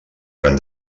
gran